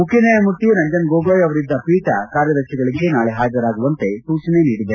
ಮುಖ್ಯ ನ್ಯಾಯಮೂರ್ತಿ ರಂಜನ್ ಗೊಗೋಯ್ ಅವರಿದ್ದ ಪೀಠ ಕಾರ್ಯದರ್ತಿಗಳಿಗೆ ನಾಳೆ ಹಾಜರಾಗುವಂತೆ ಸೂಚನೆ ನೀಡಿದೆ